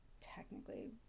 technically